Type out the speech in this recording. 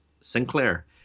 Sinclair